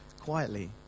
quietly